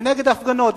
ונגד הפגנות,